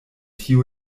tiu